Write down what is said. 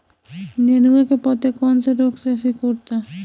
नेनुआ के पत्ते कौने रोग से सिकुड़ता?